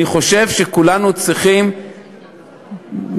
אני חושב שכולנו צריכים לשמוח,